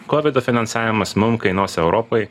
kovido finansavimas mums kainuos europoj